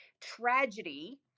tragedy